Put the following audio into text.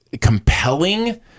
compelling